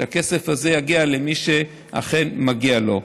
שהכסף הזה יגיע למי שאכן מגיע לו.